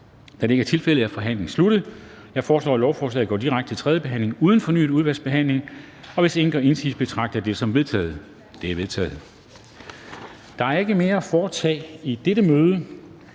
Da det ikke er tilfældet, er forhandlingen sluttet. Jeg foreslår, at lovforslaget går direkte til tredje behandling uden fornyet udvalgsbehandling. Hvis ingen gør indsigelse, betragter jeg det som vedtaget. Det er vedtaget. --- Kl. 13:02 Meddelelser